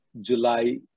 July